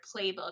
playbook